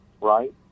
right